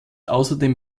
außerdem